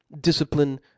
discipline